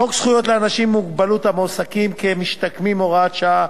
חוק זכויות לאנשים עם מוגבלות המועסקים כמשתקמים (הוראת שעה)